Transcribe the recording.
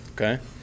Okay